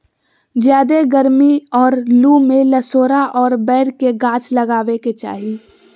ज्यादे गरमी और लू में लसोड़ा और बैर के गाछ लगावे के चाही